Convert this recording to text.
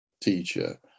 teacher